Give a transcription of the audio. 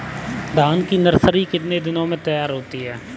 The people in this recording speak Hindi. धान की नर्सरी कितने दिनों में तैयार होती है?